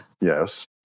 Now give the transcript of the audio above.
Yes